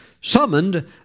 summoned